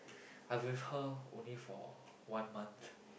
I with her only for one month